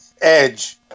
edge